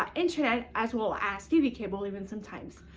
um internet, as well as tv cable even sometimes.